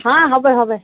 হ্যাঁ হবে হবে